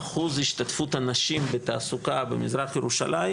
אחוז השתתפות הנשים בתעסוקה במזרח ירושלים